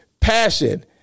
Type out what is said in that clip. Passion